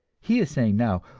he is saying now,